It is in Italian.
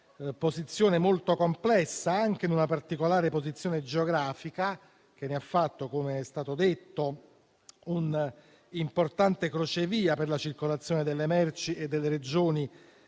posizione molto complessa e in una particolare posizione geografica, che ne ha fatto - com'è stato detto - un importante crocevia per la circolazione delle merci e delle persone